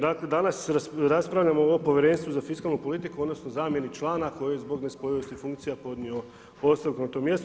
Dakle, danas raspravljamo o Povjerenstvu za fiskalnu politiku odnosno zamjeni člana koji je zbog nespojivosti funkcija podnio ostavku na to mjesto.